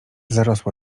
zarosła